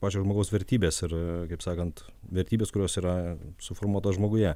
pačio žmogaus vertybės ir kaip sakant vertybės kurios yra suformuotos žmoguje